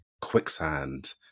quicksand